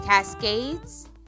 Cascades